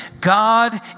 God